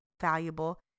valuable